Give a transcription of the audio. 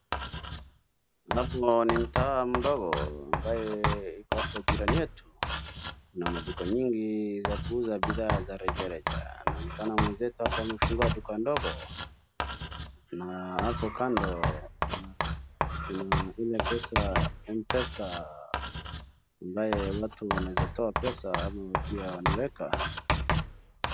Hapo ni mtaa mdogo, ambaye iko jirani yetu. Kuna maduka nyingi za kuuza bidhaa za rejareja, inaonekana mwenzetu apo amefungua duka ndogo, na apo kando ana kuna ile pesa Mpesa ambaye watu wanaeza toa pesa ama wakiwa wanaweka.